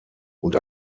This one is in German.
und